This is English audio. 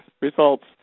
results